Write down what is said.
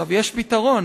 יש פתרון.